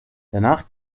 danach